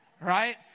right